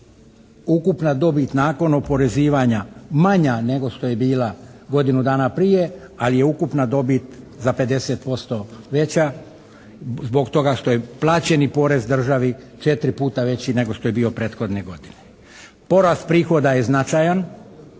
ukupna dobit nakon oporezivanja manja nego što je bila godinu dana prije ali je ukupna dobit za 50% veća zbog toga što je plaćeni porez državi četiri puta veći nego što je bio prethodne godine. Porast prihoda je značajan